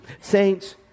Saints